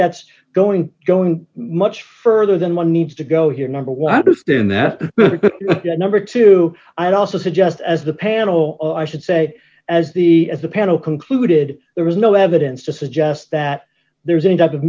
that's going to going much further than one needs to go here number one to stand that number two i'd also suggest as the panel or i should say as the as the panel concluded there was no evidence to suggest that there's any type of